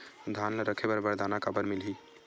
धान ल रखे बर बारदाना काबर मिलही?